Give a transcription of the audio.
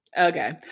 Okay